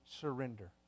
surrender